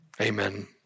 Amen